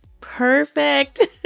Perfect